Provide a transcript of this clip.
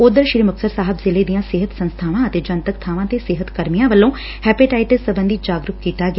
ਉਧਰ ਸ੍ਰੀ ਮੁਕਤਸਰ ਸਾਹਿਬ ਜ਼ਿਲ੍ਜੇ ਦੀਆਂ ਸਿਹਤ ਸੰਸਬਾਵਾਂ ਅਤੇ ਜਨਤਕ ਬਾਵਾਂ ਤੇ ਸਿਹਤ ਕਰਮੀਆਂ ਵੱਲੋਂ ਹੈਪੇਟਾਈਟਸ ਸਬੰਧੀ ਜਾਗਰੁਕ ਕੀਤਾ ਗਿਆ